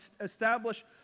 establish